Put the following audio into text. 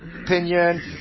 opinion